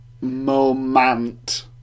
moment